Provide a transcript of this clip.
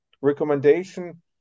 recommendation